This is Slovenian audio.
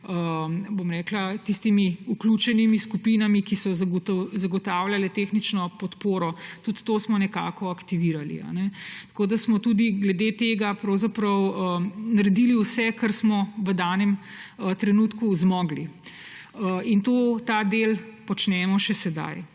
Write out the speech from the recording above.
ostalimi vključenimi skupinami, ki so zagotavljale tehnično podporo, aktivirali. Tako da smo tudi glede tega pravzaprav naredili vse, kar smo v danem trenutku zmogli. In ta del počnemo še sedaj.